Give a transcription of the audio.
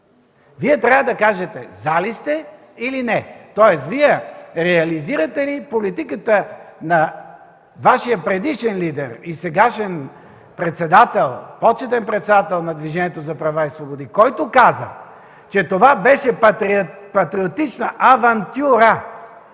Вие трябва да кажете „за” ли сте, или не. Тоест Вие реализирате ли политиката на Вашия предишен лидер и сегашен почетен председател на Движението за права и свободи, който каза, че това беше патриотична авантюра?